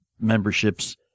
memberships